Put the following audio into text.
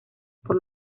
por